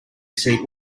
seat